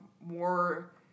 more